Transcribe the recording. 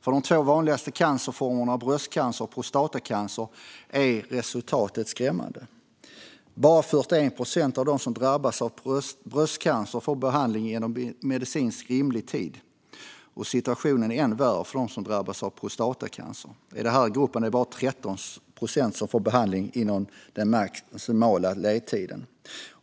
För de två vanligaste cancerformerna, bröstcancer och prostatacancer, är resultatet skrämmande. Bara 41 procent av dem som drabbas av bröstcancer får behandling inom medicinskt rimlig tid. Situationen är ännu värre för dem som drabbas av prostatacancer. I den gruppen är det bara 13 procent som får behandling inom den maximala ledtiden.